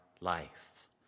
life